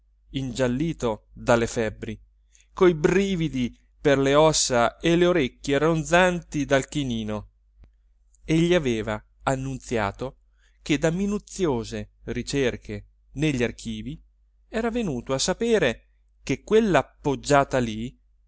ingiallito dalle febbri coi brividi per le ossa e le orecchie ronzanti dal chinino e gli aveva annunziato che da minuziose ricerche negli archivi era venuto a sapere che quella poggiata lì